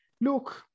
look